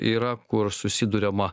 yra kur susiduriama